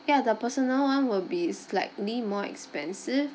ya the personal one will be slightly more expensive